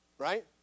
Right